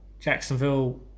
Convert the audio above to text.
Jacksonville